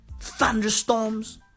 thunderstorms